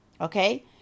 okay